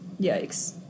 Yikes